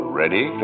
ready